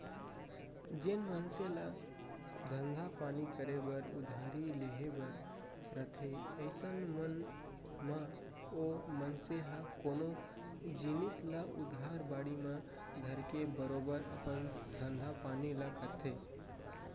जेन मनसे ल धंधा पानी करे बर उधारी लेहे बर रथे अइसन म ओ मनसे ह कोनो जिनिस ल उधार बाड़ी म धरके बरोबर अपन धंधा पानी ल करथे